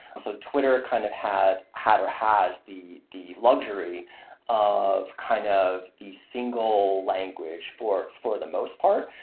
so twitter kind of had, had or has, the the luxury of kind of the single language for for the most part,